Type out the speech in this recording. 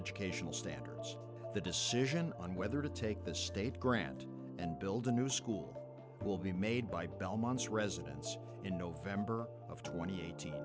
educational standards the decision on whether to take the state grant and build a new school will be made by belmont's residents in november of twenty